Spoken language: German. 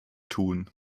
tun